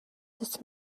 sut